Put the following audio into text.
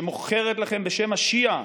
שמוכרת לכם בשם השיעה